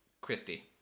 christy